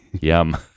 Yum